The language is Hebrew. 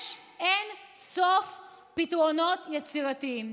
יש אין-סוף פתרונות יצירתיים,